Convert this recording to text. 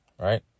Right